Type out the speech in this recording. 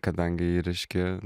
kadangi ji ryški